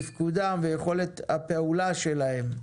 תפקודם ויכולת הפעולה שלהם.